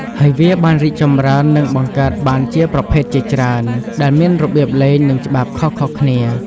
ហើយវាបានរីកចម្រើន និងបង្កើតបានជាប្រភេទជាច្រើន ដែលមានរបៀបលេង និងច្បាប់ខុសៗគ្នា។